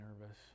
nervous